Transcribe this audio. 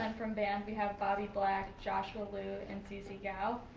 um from band we have bobby black, joshua lou, and cici gow.